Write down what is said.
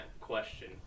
question